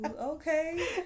okay